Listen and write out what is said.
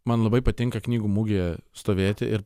man labai patinka knygų mugėj stovėti ir